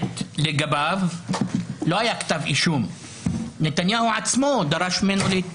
זה לא רלוונטי וכדאי להוציא את זה מהלקסיקון של השיח הזה.